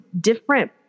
different